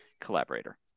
collaborator